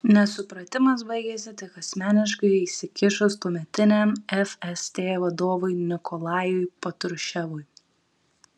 nesupratimas baigėsi tik asmeniškai įsikišus tuometiniam fst vadovui nikolajui patruševui